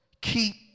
Keep